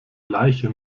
leiche